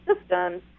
systems